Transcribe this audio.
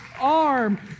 arm